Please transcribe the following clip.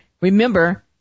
remember